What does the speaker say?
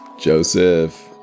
Joseph